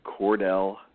Cordell